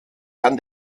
kann